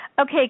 Okay